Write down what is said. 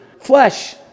flesh